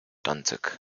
danzig